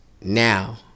now